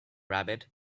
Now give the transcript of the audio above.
rabbit